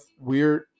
weird